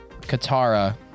Katara